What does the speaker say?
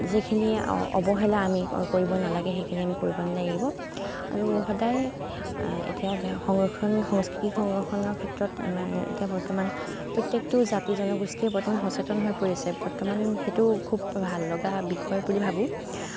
যিখিনি অৱহেলা আমি কৰিব নেলাগে সেইখিনি আমি কৰিব নেলাগিব আৰু সদায়ে এতিয়া সংৰক্ষণ সংস্কৃতিক সংৰক্ষণৰ ক্ষেত্ৰত আমাৰ এতিয়া বৰ্তমান প্ৰত্যেকটো জাতি জনগোষ্ঠীয়ে বৰ্তমান সচেতন হৈ পৰিছে বৰ্তমান সেইটো খুব ভাললগা বিষয় বুলি ভাবোঁ